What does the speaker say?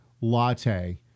latte